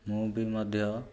ମୁଁ ବି ମଧ୍ୟ